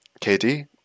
KD